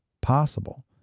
possible